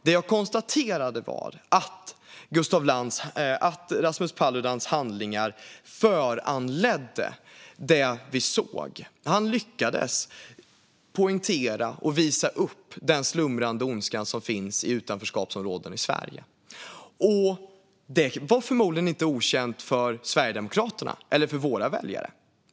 Det jag konstaterade var, Gustaf Lantz, att Rasmus Paludans handlingar föranledde det vi såg. Han lyckades poängtera och visa upp den slumrande ondska som finns i utanförskapsområden i Sverige. Och det var inte okänt för Sverigedemokraterna eller för våra väljare.